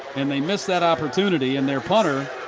and they missed that opportunity. and their punter,